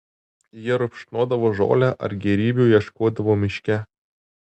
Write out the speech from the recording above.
jie rupšnodavo žolę ar gėrybių ieškodavo miške